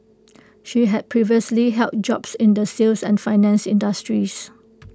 she had previously held jobs in the sales and finance industries